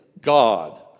God